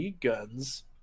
guns